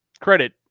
credit